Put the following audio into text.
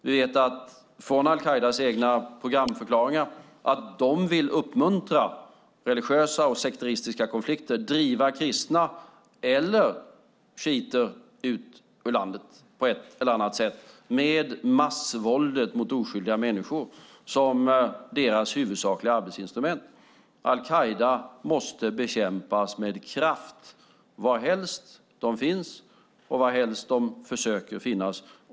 Vi vet från al-Qaidas egna programförklaringar att de vill uppmuntra religiösa och sekteristiska konflikter och driva kristna eller shiiter ut ur landet på ett eller annat sätt, med massvåld mot oskyldiga människor som deras huvudsakliga arbetsinstrument. Al-Qaida måste bekämpas med kraft, varhelst de finns och varhelst de försöker finnas.